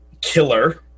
killer